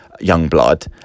Youngblood